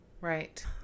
Right